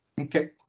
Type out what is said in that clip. Okay